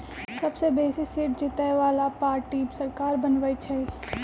सबसे बेशी सीट जीतय बला पार्टी सरकार बनबइ छइ